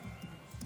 תתגייס, תתגייס.